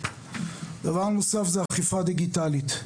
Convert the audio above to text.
דבר נוסף זה אכיפה דיגיטלית.